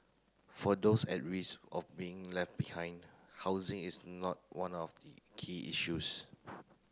for those at risk of being left behind housing is not one of the key issues